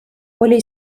oli